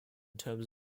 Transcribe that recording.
terms